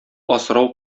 асрау